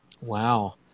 wow